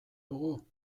dugu